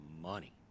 money